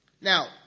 Now